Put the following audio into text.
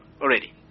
already